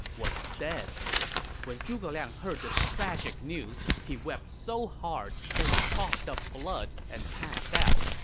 was dead when zhuge liang heard this tragic news, he wept so hard that he coughed up blood and passed out.